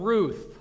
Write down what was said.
Ruth